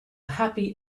happy